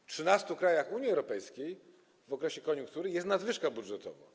W 13 krajach Unii Europejskiej w okresie koniunktury jest nadwyżka budżetowa.